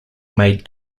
made